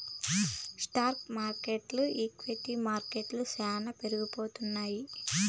stock మార్కెట్లు equity మార్కెట్లు శానా పేరుపొందినాయి